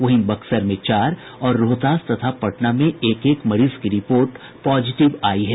वहीं बक्सर में चार और रोहतास तथा पटना में एक एक मरीज की रिपोर्ट पॉजिटिव आयी है